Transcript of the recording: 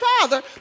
Father